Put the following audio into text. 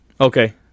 Okay